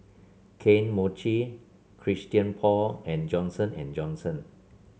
Kane Mochi Christian Paul and Johnson And Johnson